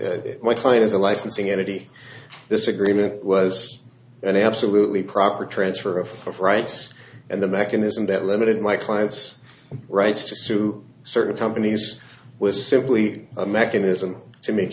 that my client is a licensing entity this agreement was an absolutely proper transfer of of rights and the mechanism that limited my client's rights to sue certain companies was simply a mechanism to make